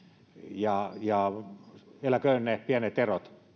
ja ja eläköön ne pienet erot